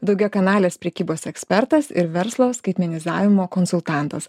daugiakanalės prekybos ekspertas ir verslo skaitmenizavimo konsultantas